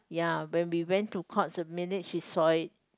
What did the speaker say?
ya when we went to Courts the minute she saw it